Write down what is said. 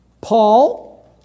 Paul